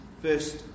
First